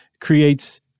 creates